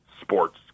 sports